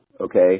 okay